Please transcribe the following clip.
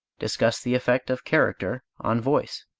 discuss the effect of character on voice.